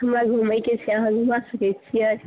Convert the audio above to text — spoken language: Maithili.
हमरा घुमयके छै अहाँ घुमा सकै छियै